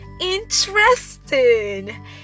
Interesting